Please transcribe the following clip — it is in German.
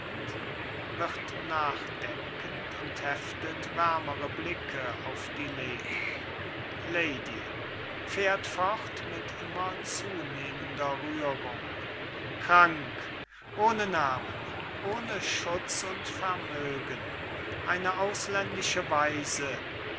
heftet wärmere blicke auf die lady lady fährt fort mit immer zunehmender rührung krank ohne namen ohne schutz und vermögen eine ausländische waise